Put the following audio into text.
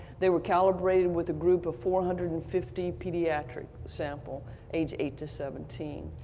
they were calibrated with a group of four hundred and fifty pediatric samples age eight to seventeen.